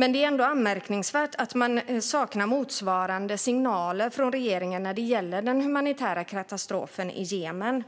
Det är anmärkningsvärt att motsvarande signaler från regeringen saknas när det gäller den humanitära katastrofen i Jemen.